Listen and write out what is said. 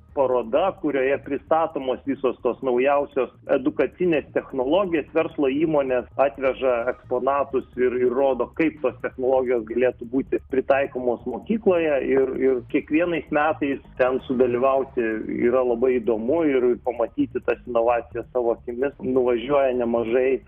paroda kurioje pristatomos visos tos naujausios edukacinės technologijos verslo įmonės atveža eksponatus ir ir rodo kaip tos technologijos galėtų būti pritaikomos mokykloje ir ir kiekvienais metais ten sudalyvauti yra labai įdomu ir pamatyti tas inovacijas savo akimis nuvažiuoja nemažai